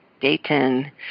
Dayton